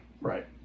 Right